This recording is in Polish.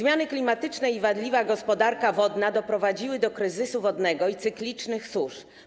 Zmiany klimatyczne i wadliwa gospodarka wodna doprowadziły do kryzysu wodnego i cyklicznych susz.